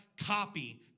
copy